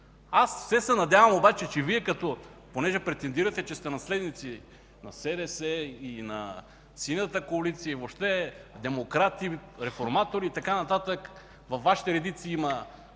Все се надявам обаче, понеже Вие претендирате, че сте наследници на СДС и на Синята коалиция, въобще демократи, реформатори и така нататък, във Вашите редици има